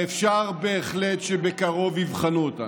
ואפשר בהחלט שבקרוב יבחנו אותנו.